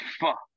fuck